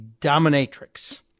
dominatrix